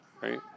right